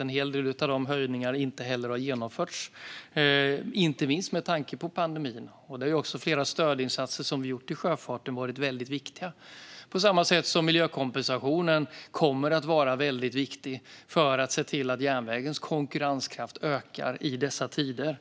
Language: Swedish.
En hel del av dessa höjningar har inte genomförts, inte minst på grund av pandemin. Flera stödinsatser som vi gjort i sjöfarten har varit väldigt viktiga, på samma sätt som miljökompensationen kommer att vara väldigt viktig för att se till att järnvägens konkurrenskraft ökar i dessa tider.